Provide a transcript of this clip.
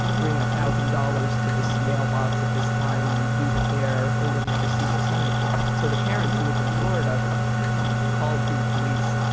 bring one thousand dollars to this mailbox at this time and leave it there or you'll never see your son again. so, the parents who lived in florida called the police.